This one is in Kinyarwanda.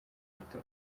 gito